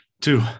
two